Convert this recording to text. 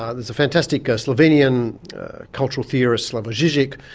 ah there's a fantastic ah slovenian cultural theorist, slavoj zizek,